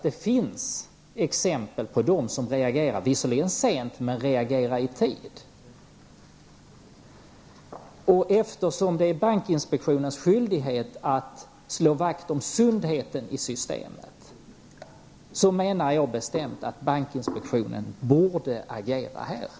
Det finns också exempel på banker och andra som visserligen har reagerat sent, men ändå i tid. Eftersom det är bankinspektionens skyldighet att slå vakt om sundheten i systemet, menar jag bestämt att bankinspektionen borde ha reagerat tidigare.